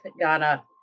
Ghana